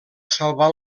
salvar